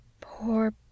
Poor